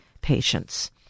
patients